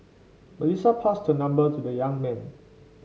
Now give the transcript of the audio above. Melissa passed her number to the young man